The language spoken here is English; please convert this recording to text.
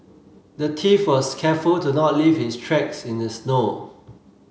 the thief was careful to not leave his tracks in the snow